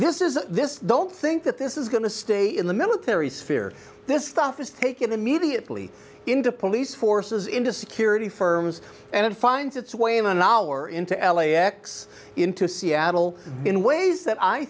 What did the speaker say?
this is a this don't think that this is going to stay in the military sphere this stuff is taken immediately into police forces into security firms and it finds its way in an hour into l a x into seattle in ways that i